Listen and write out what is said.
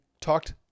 talked